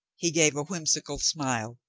he gave a whimsical smile,